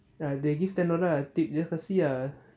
ya they give ten dollar I tip just kasih ah